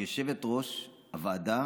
יושבת-ראש הוועדה